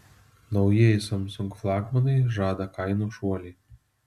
naujieji samsung flagmanai žada kainų šuolį